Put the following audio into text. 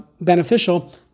beneficial